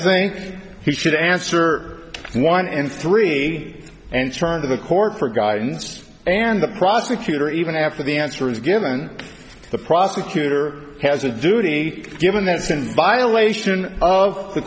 think he should answer one and three and turn to the court for guidance and the prosecutor even after the answer is given the prosecutor has a duty given that's in violation of the